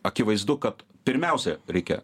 akivaizdu kad pirmiausia reikia